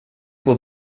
will